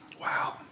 Wow